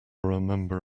remember